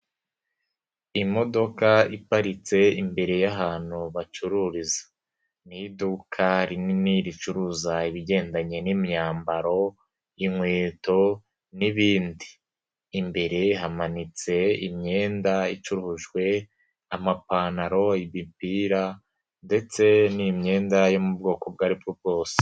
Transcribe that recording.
Imodoka iparitse imbere y'ahantu bacururiza. Ni iduka rinini ricuruza ibigendanye n'imyambaro, inkweto n'ibindi. Imbere hamanitse imyenda icurujwe, amapantaro, imipira ndetse n'imyenda yo mu bwoko ubwo aribwo bwose.